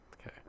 okay